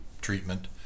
treatment